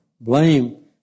blame